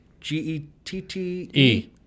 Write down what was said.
G-E-T-T-E